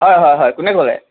হয় হয় হয় কোনে ক'লে